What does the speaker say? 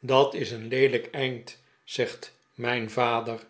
dat is een leelijk eind zegt mijn vader